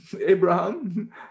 Abraham